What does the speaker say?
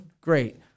great